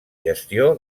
gestió